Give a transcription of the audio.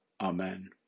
Amen